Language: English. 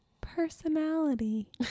personality